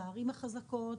בערים החזקות,